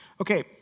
Okay